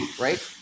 right